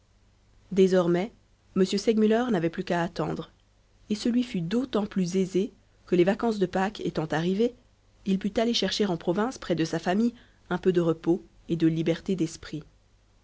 désormais m segmuller n'avait plus qu'à attendre et ce lui fut d'autant plus aisé que les vacances de pâques étant arrivées il put aller chercher en province près de sa famille un peu de repos et de liberté d'esprit